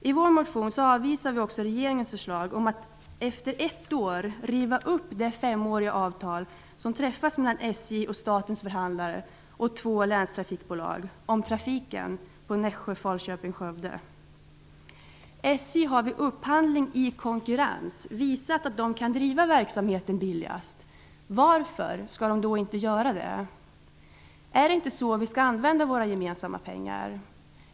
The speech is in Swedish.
I vår motion avvisar vi också regeringens förslag om att efter ett år riva upp det femåriga avtal som träffats mellan SJ, statens förhandlare och två länstrafikbolag om trafiken på sträckan Nässjö-- Falköping--Skövde. SJ har vid upphandling i konkurrens visat att de kan driva verksamheten billigast. Varför skall de då inte göra det? Är det inte så vi skall använda våra gemensamma pengar?